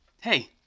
Hey